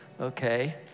okay